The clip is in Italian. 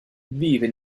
vive